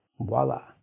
Voila